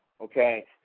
okay